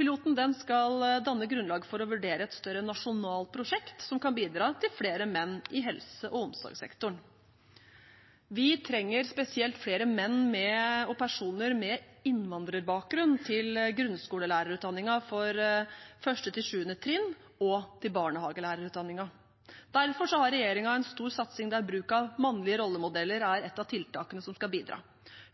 Piloten skal danne grunnlag for å vurdere et større nasjonalt prosjekt som kan bidra til flere menn i helse- og omsorgssektoren. Vi trenger spesielt flere menn og personer med innvandrerbakgrunn til grunnskolelærerutdanningen for 1.–7. trinn og til barnehagelærerutdanningen. Derfor har regjeringen en stor satsing der bruk av mannlige rollemodeller er et av tiltakene som skal bidra.